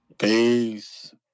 Peace